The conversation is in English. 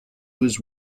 was